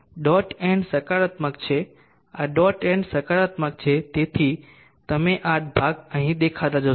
તેથી dot and સકારાત્મક છે આ ડોટ એન્ડ સકારાત્મક છે અને તેથી તમે આ ભાગ અહીં દેખાતા જોશો